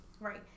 Right